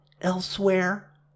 Elsewhere